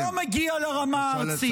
-- שלא מגיע לרמה הארצית?